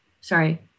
Sorry